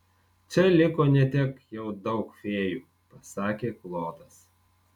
čia liko ne tiek jau daug fėjų pasakė klodas